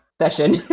session